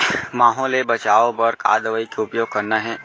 माहो ले बचाओ बर का दवई के उपयोग करना हे?